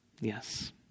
Yes